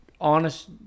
Honest